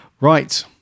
right